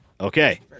Okay